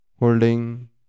holding